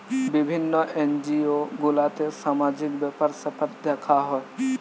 বিভিন্ন এনজিও গুলাতে সামাজিক ব্যাপার স্যাপার দেখা হয়